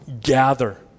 gather